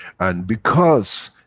and because,